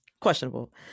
questionable